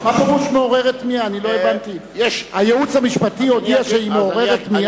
מה פירוש "מעוררת תמיהה" הייעוץ המשפטי הודיע שהיא מעוררת תמיהה?